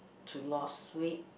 to lost weight